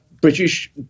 british